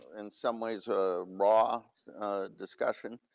in some ways, a raw discussion.